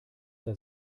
der